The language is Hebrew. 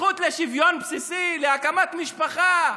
הזכות לשוויון בסיסי, להקמת משפחה,